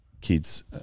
kids